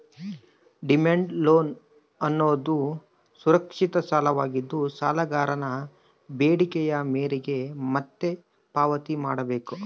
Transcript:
demand loan ಅನ್ನೋದುದು ಸುರಕ್ಷಿತ ಸಾಲವಾಗಿದ್ದು, ಸಾಲಗಾರನ ಬೇಡಿಕೆಯ ಮೇರೆಗೆ ಮತ್ತೆ ಪಾವತಿ ಮಾಡ್ಬೇಕು